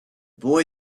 boy